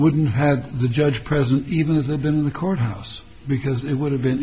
wouldn't have the judge present even to the been in the courthouse because it would have been